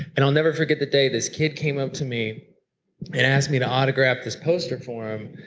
and i'll never forget the day this kid came up to me and asked me to autograph this poster for him.